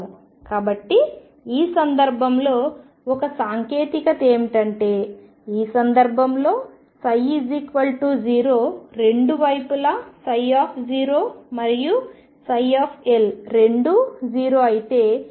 కాబట్టి ఈ సందర్భంలో ఒక సాంకేతికత ఏమిటంటే ఈ సందర్భంలో ψ0 రెండు వైపులా ψ మరియు ψ రెండూ 0 అయితే ఇది x0 xL